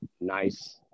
nice